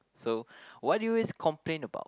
so what do you always complain about